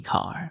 Car